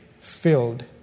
filled